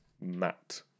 Matt